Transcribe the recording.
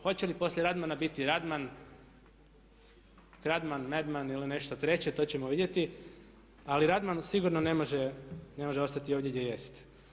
Hoće li poslije Radmana biti Radman, Kradman ili nešto treće to ćemo vidjeti ali Radman sigurno ne može ostati ovdje gdje jest.